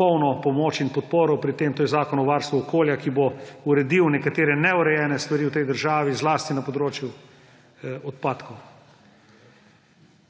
polno pomoč in podporo pri tem, to je Zakon o varstvu okolja, ki bo uredil nekatere neurejene stvari v tej državi, zlasti na področju odpadkov.